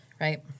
right